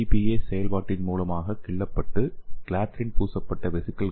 பியேஸ் செயல்பாட்டின் மூலமாக கிள்ளப்பட்டுகிளாத்ரின் பூசப்பட்ட வெசிகிளை சி